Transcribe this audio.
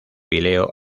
píleo